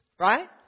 Right